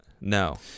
No